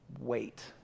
wait